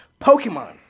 Pokemon